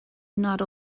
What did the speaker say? gnawed